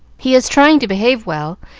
he is trying to behave well,